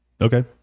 Okay